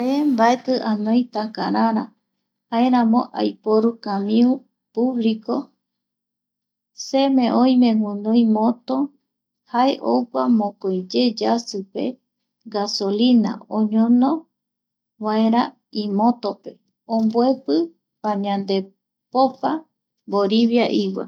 Se mbaeti anoi takarara, jaeramo aiporu kamiu público, seme oime guinoi moto jae ogua mokoiye yasipe gasolina oñono vaera imotope omboepi pandepopoa voriviaigua